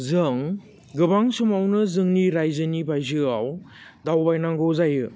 जों गोबां समावनो जोंनि रायजोनि बायजोयाव दावबायनांगौ जायो